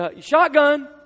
Shotgun